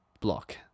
block